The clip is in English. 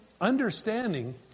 understanding